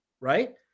right